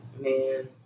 man